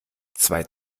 zwei